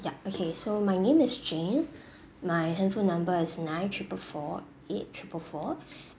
yup okay so my name is jane my handphone number is nine triple four eight triple four